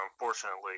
unfortunately